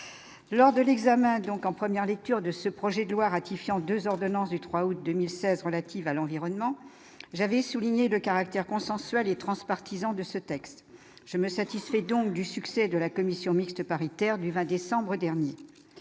lors de l'examen, donc en première lecture de ce projet de loi ratifiant 2 ordonnances du 3 août 2016 relatives à l'environnement j'avais souligné le caractère consensuel et transpartisan de ce texte je me satisfait donc du succès de la commission mixte paritaire du 20 décembre dernier,